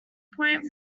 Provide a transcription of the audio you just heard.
point